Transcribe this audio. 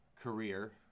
career